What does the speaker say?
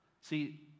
See